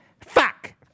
Fuck